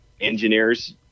engineers